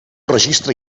registre